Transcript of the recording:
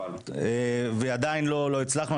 ועדיין לא הצלחנו.